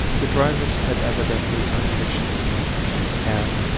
the drivers had evidently unhitched their teams and,